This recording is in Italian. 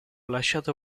lasciato